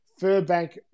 Furbank